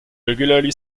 regularly